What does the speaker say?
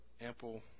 ample